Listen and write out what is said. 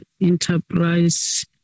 Enterprise